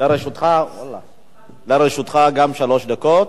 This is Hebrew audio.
גם לרשותך שלוש דקות.